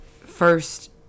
first